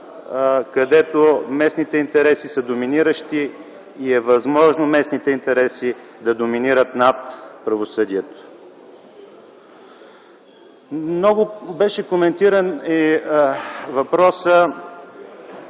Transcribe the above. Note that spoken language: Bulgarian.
където местните интереси са доминиращи и е възможно местните интереси да доминират над правосъдието. Много беше коментиран и въпросът